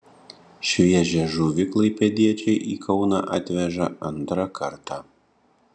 šviežią žuvį klaipėdiečiai į kauną atveža antrą kartą